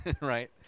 right